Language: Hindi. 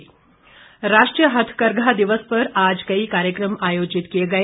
हथकरघा राष्ट्रीय हथकरघा दिवस पर आज कई कार्यकम आयोजित किए गए